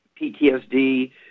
PTSD